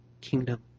kingdom